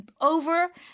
over